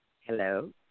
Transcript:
Hello